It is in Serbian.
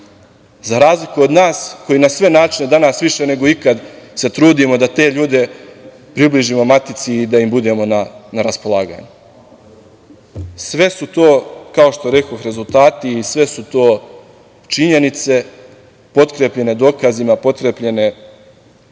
Za razliku od nas koji na sve načine danas više nego ikad se trudimo da te ljude približimo matici i da im budemo na raspolaganju. Sve su to, kao što rekoh, rezultati i sve su to činjenice potkrepljene dokazima, potkrepljene nečim